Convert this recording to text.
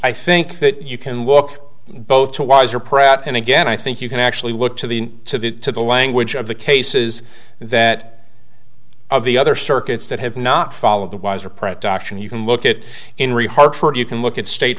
i think that you can look both to wiser pratt and again i think you can actually look to the to the to the language of the cases that of the other circuits that have not followed the wiser production you can look at in re hartford you can look at state